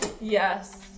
Yes